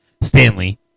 Stanley